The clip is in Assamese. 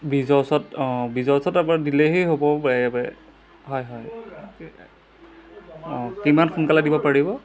ব্ৰীজৰ ওচৰত অঁ ব্ৰীজৰ ওচৰত আপোনাৰ দিলেহি হ'ব হয় হয় অ' কিমান সোনকালে দিব পাৰিব